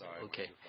okay